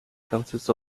consists